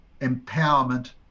empowerment